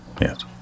Yes